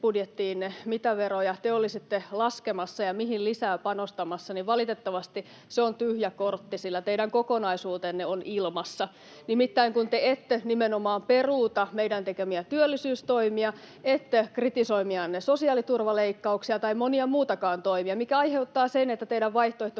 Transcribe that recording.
vaihtoehtobudjettiinne, mitä veroja te olisitte laskemassa ja mihin lisää panostamassa, valitettavasti on tyhjä kortti, sillä teidän kokonaisuutenne on ilmassa, [Ben Zyskowicz: Se on vitsi!] nimittäin kun te ette nimenomaan peruuta meidän tekemiä työllisyystoimia, ette kritisoimianne sosiaaliturvaleikkauksia tai monia muitakaan toimia, mikä aiheuttaa sen, että teidän